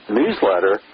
newsletter